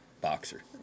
boxer